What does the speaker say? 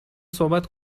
صحبت